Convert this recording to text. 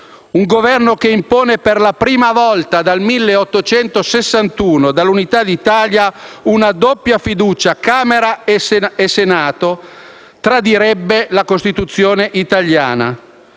Un Governo che impone per la prima volta dal 1861, dall'Unità d'Italia, una doppia fiducia alla Camera e al Senato tradirebbe la Costituzione italiana.